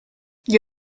gli